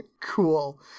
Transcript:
Cool